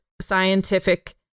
scientific